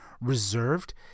reserved